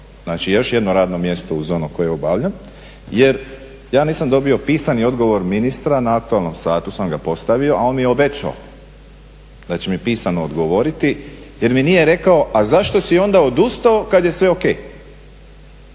znači još jedno radno mjesto koje obavlja? Jer ja nisam dobio pisani odgovor ministra, na aktualnom satu sam ga postavio, a on mi je obećao da će mi pisano odgovoriti jer mi nije rekao a zašto si onda odustao kada je sve o.k.